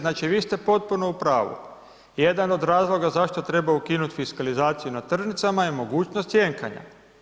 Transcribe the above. Znači, vi ste potpuno u pravu, jedan od razloga zašto treba ukinut fiskalizaciju na tržnicama je mogućnost cjenkanja.